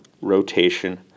rotation